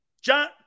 John